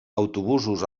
autobusos